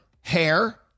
hair